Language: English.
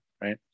right